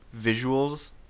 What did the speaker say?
visuals